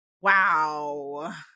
wow